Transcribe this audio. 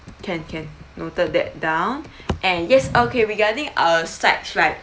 can can noted that down and yes okay regarding uh sides right